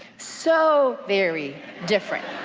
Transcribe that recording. so very different.